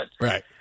Right